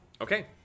Okay